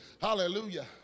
Hallelujah